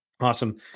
Awesome